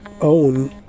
own